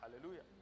Hallelujah